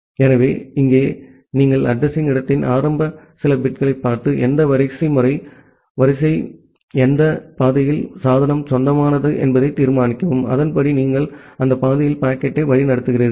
எனவே இங்கே நீங்கள் அட்ரஸிங் இடத்தின் ஆரம்ப சில பிட்களைப் பார்த்து எந்த வரிசைமுறை வரிசைக்கு எந்த பாதையில் சாதனம் சொந்தமானது என்பதை தீர்மானிக்கவும் அதன்படி நீங்கள் அந்த பாதையில் பாக்கெட்டை வழிநடத்துகிறீர்கள்